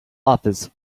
office